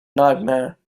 nightmare